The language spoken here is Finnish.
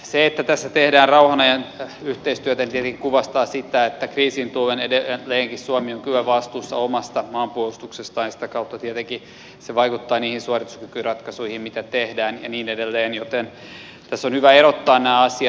se että tässä tehdään rauhanajan yhteistyötä tietenkin kuvastaa sitä että kriisin tullen edelleenkin suomi on kyllä vastuussa omasta maanpuolustuksestaan ja sitä kautta tietenkin se vaikuttaa niihin suorituskykyratkaisuihin mitä tehdään ja niin edelleen joten tässä on hyvä erottaa nämä asiat